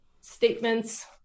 statements